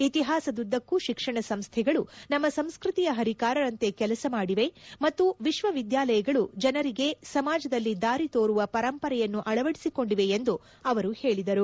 ಇತಿಹಾಸದುದ್ದಕ್ಕೂ ಶಿಕ್ಷಣ ಸಂಸ್ಥೆಗಳು ನಮ್ನ ಸಂಸ್ಥತಿಯ ಹರಿಕಾರರಂತೆ ಕೆಲಸ ಮಾಡಿವೆ ಮತ್ತು ವಿಶ್ವವಿದ್ಯಾಲಯಗಳು ಜನರಿಗೆ ಸಮಾಜದಲ್ಲಿ ದಾರಿ ತೋರುವ ಪರಂಪರೆಯನ್ನು ಅಳವಡಿಸಿಕೊಂಡಿವೆ ಎಂದು ಅವರು ಹೇಳಿದರು